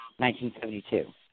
1972